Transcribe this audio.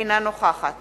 אינה נוכחת